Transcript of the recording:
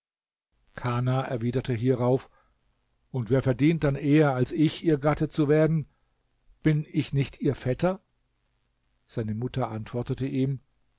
kana erwiderte hierauf und wer verdient denn eher als ich ihr gatte zu werden bin ich nicht ihr vetter seine mutter antwortete ihm